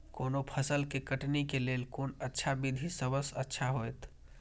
कोनो फसल के कटनी के लेल कोन अच्छा विधि सबसँ अच्छा होयत?